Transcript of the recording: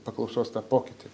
paklausos pokytį